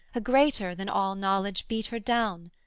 a greater than all knowledge, beat her down.